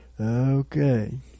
Okay